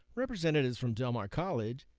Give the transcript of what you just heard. representatives from del mar college,